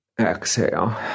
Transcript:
Exhale